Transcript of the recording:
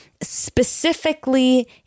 specifically